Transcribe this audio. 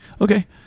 Okay